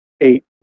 eight